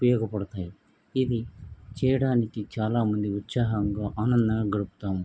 ఉపయోగపడతాయి ఇది చేయడానికి చాలా మంది ఉత్సాహంగా ఆనందంగా గడుపుతాము